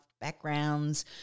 backgrounds